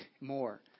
more